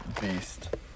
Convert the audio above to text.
beast